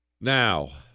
Now